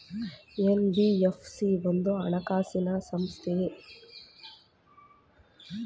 NBFC ಒಂದು ಹಣಕಾಸು ಸಂಸ್ಥೆಯೇ?